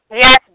Yes